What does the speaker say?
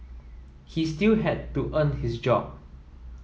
he still had to earn his job